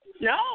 No